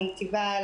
מיטיבה,